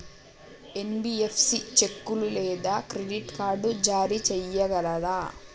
NBFC చెక్కులు లేదా credit card జారీ చేయగలదా?